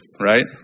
right